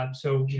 um so,